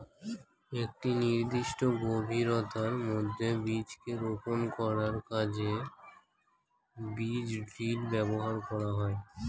একটি নির্দিষ্ট গভীরতার মধ্যে বীজকে রোপন করার কাজে বীজ ড্রিল ব্যবহার করা হয়